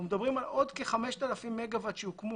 מדברים על עוד כ-5,000 מגוואט שיוקמו